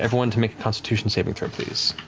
everyone to make a constitution saving throw, please.